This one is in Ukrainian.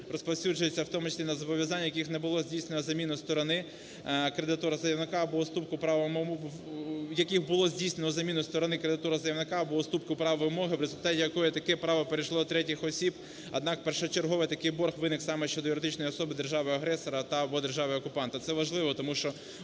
або уступку права… у яких було здійснено заміну сторони (кредитора, заявника) або уступку права вимоги, в результаті якої таке право перейшло на третіх осіб, однак першочергово такий борг виник саме щодо юридичної особи держави-агресора та/або держави окупанта". Це важливо, тому що